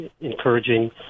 encouraging